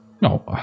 No